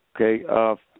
okay